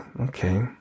okay